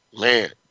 man